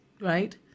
right